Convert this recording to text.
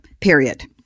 period